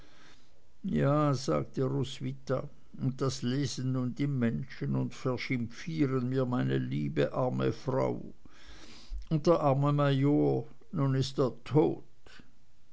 ja sagte roswitha und das lesen nun die menschen und verschimpfieren mir meine liebe arme frau und der arme major nun ist er tot